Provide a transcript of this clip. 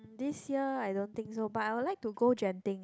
this year I don't think so but I would like to go Genting eh